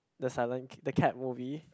the silent the cat movie